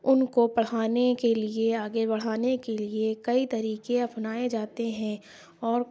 ان کو پڑھانے کے لیے آگے بڑھانے کے لیے کئی طریقے اپنائے جاتے ہیں اور